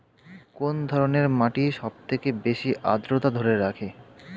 কোন ধরনের মাটি সবথেকে বেশি আদ্রতা ধরে রাখে?